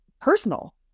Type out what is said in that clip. personal